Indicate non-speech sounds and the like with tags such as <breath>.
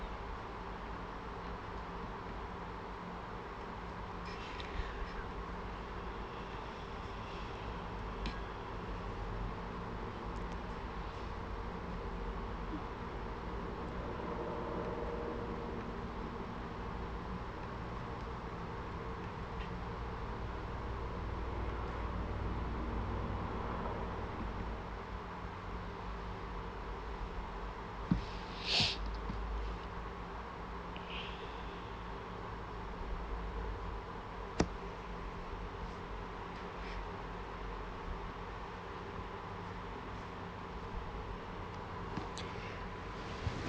<breath>